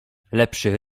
lepszy